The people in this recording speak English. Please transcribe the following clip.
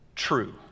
true